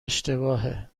اشتباهه